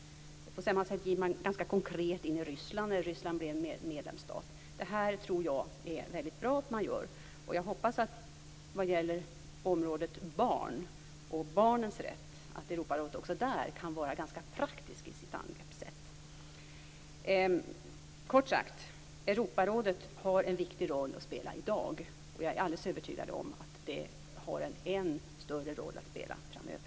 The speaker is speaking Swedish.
På samma sätt gick man ganska konkret in i Ryssland när Ryssland blev medlemsstat. Det här tror jag att det är mycket bra att man gör. Jag hoppas att Europarådet också vad gäller området barn och barnens rätt kan vara ganska praktiskt i sitt angreppssätt. Kort sagt, Europarådet har en viktig roll att spela i dag. Jag är alldeles övertygad om att det har en än större roll att spela framöver.